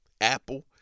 apple